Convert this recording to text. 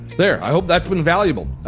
there i hope that's been valuable.